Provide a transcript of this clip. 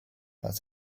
was